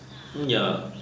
ya